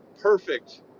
perfect